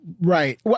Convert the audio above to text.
right